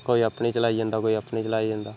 कोई अपनी चलाई जंदा कोई अपनी चलाई जंदा